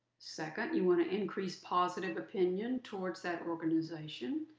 second, you want to increase positive opinion towards that organization.